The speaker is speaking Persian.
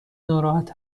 ناراحت